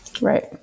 Right